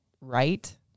right